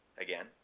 again